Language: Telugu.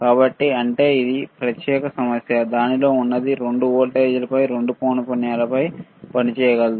కాబట్టి అంటే ఇది ఒక ప్రత్యేక సమస్య దానిలో ఉన్నది రెండు వోల్టేజ్లపై రెండు పౌనపున్యంపై పనిచేయగలదు